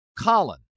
Colin